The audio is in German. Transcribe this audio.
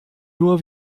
nur